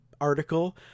article